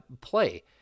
play